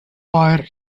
pier